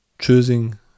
choosing